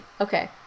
Okay